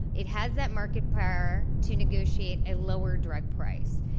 it has that market power to negotiate a lower drug price.